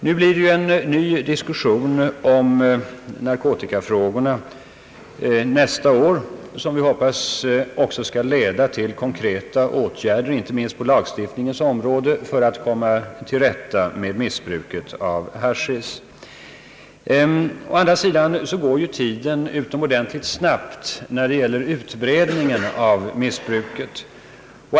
Nu blir det en ny diskussion om narkotikafrågorna nästa år som vi hoppas också skall leda till konkreta åtgärder inte minst på lagstiftningens område för att komma till rätta med missbruket av haschisch. Å andra sidan går ju tiden utomordentligt snabbt när det gäller utbredningen av missbruket.